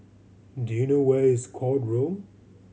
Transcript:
do you know where is Court Road